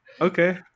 Okay